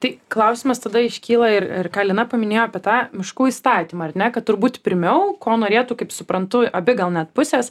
tai klausimas tada iškyla ir ir ką lina paminėjo apie tą miškų įstatymą ar ne kad turbūt pirmiau ko norėtų kaip suprantu abi gal net pusės